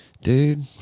Dude